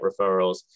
referrals